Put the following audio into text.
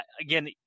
again